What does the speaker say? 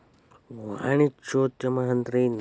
ವಾಣಿಜ್ಯೊದ್ಯಮಾ ಅಂದ್ರೇನು?